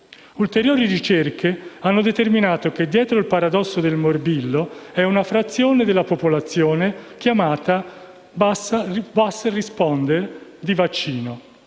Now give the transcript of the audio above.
Ulteriori ricerche hanno determinato che dietro il paradosso del morbillo vi è una frazione della popolazione chiamata basso *responder* di vaccino.